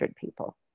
people